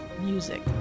Music